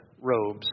robes